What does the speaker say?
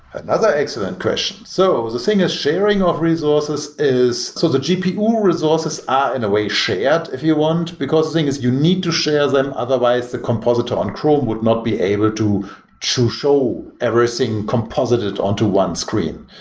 another excellent question. so the thing is sharing off resources is so the gpu resources are in a way shared yeah if you want, because the thing is you need to share them, otherwise the compositor on chrome would not be able to to show everything composited on to one screen.